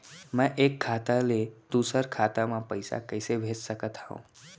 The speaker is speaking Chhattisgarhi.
मैं एक खाता ले दूसर खाता मा पइसा कइसे भेज सकत हओं?